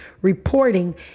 reporting